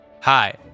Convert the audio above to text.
Hi